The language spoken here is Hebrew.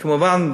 כמובן,